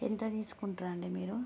ఎంత తీసుకుంటారు అండి మీరు